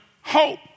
hope